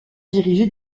dirigé